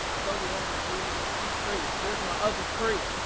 i thought we had an agreement on two crates, where's my other crate?